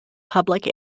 public